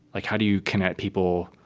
like, how do you connect people